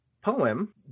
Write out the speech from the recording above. poem